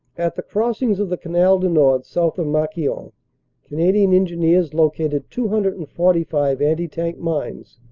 at the crossings of the canal du nord south of marquion canadian engineers located two hundred and forty five anti-tank mines,